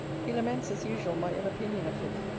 he laments, as usual, my ill opinion of him,